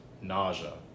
nausea